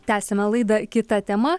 tęsiame laidą kita tema